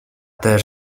też